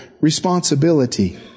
responsibility